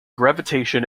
gravitation